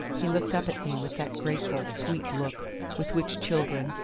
he looked up at me with that grateful, sweet look with which children,